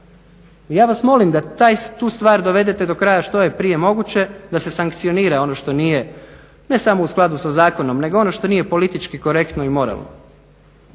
Ja vas molim da tu stvar dovedete do kraja što je prije moguće, da se sankcionira ono što nije ne samo u skladu sa zakonom, nego ono što nije politički korektno i moralno.